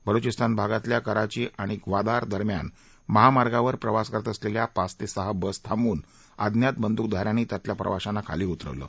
बलुचिस्तान भागातल्या कराची आणि ग्वादार दरम्यान महामार्गावर प्रवास करत असलेल्या पाच ते सहा बस थांबवून अज्ञात बंदूकधाऱ्यांनी त्यातल्या प्रवाशांना खाली उतरवलं